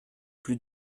plus